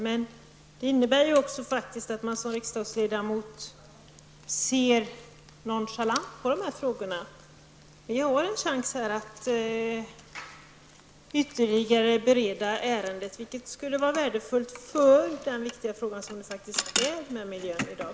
Men det innebär faktiskt att man som riksdagsledamot ser nonchalant på dessa frågor. Här har vi en chans att ytterligare bereda ärendet, vilket skulle vara värdefullt för den viktiga fråga som miljön är i dag.